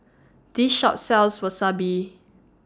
This Shop sells Wasabi